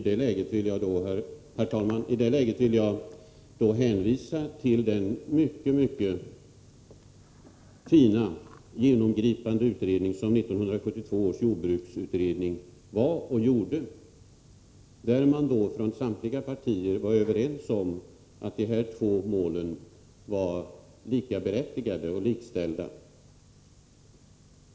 Herr talman! I detta läge vill jag hänvisa till den mycket fina och genomgripande utredning som 1972 års jordbruksutredning gjorde. Där var man från samtliga partier överens om att de här två målen hade samma berättigande och skulle vara likställda.